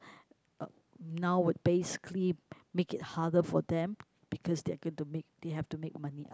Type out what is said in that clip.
uh now what basically make it harder for them because they're gonna to make they have to make money out